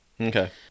Okay